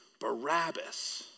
Barabbas